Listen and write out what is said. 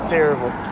Terrible